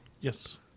Yes